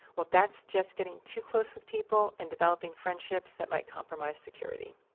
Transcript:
well that's just getting too close with people and developing friendships that might compromise security